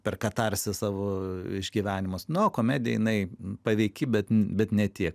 per katarsį savo savo išgyvenimus nu o kokedija jinai paveiki bet ne tiek